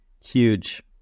Huge